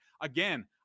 again –